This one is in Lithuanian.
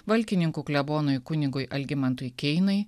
valkininkų klebonui kunigui algimantui keinai